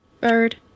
Bird